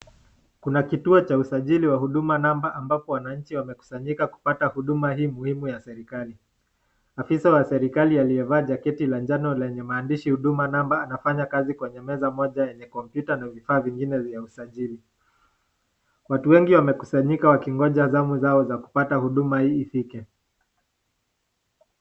Kuna kituo cha usajili wa huduma number ambapo wananchi wamekusanyika kupata huduma hii muhimu ya serikali. Afisa wa serikali aliye vaa [Jacket] la njano lenye maandishii huduma namba anafanya kazi kwenye meza moja yenye kompyuta na vifaa vingine vya usajili. Watu wengi wamekusanyika wakingoja zamu zao za kupata huduma hii zifike.